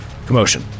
Commotion